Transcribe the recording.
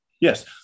Yes